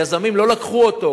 יזמים לא לקחו אותו,